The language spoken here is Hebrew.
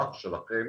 שלך ושלכם,